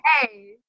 Hey